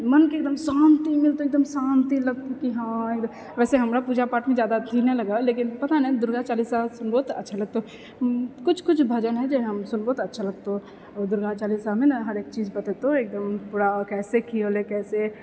मनके एकदम शान्ति मिलतै शान्ति कि हँ वैसे हमरा पूजापाठमे जादा अथि नहि लगै हैय लेकिन पता नहि दुर्गा चालीसासँ बहुत अच्छा लगतौ किछु किछु भजन हैय जे हम सुनबौ तऽ बहुत अच्छा लगतौ आओर दुर्गा चालीसामे ने हरेक चीज बतेतौ एकदम पूरा कैसे की होयल कैसे